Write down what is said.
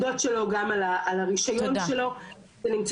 זה נמצא בכל זכותון בכל שפה בשני מקומות,